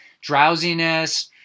drowsiness